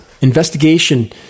investigation